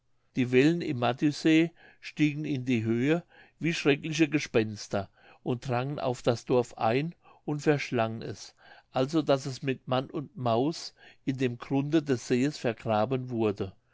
die wellen im madüesee stiegen in die höhe wie schreckliche gespenster und drangen auf das dorf ein und verschlangen es also daß es mit mann und maus in dem grunde des sees vergraben wurde